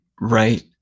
right